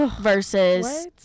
versus